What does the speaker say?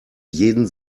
jeden